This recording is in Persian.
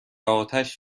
اتش